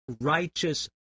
righteous